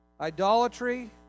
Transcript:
Idolatry